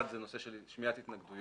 אחד זה נושא של שמיעת התנגדויות,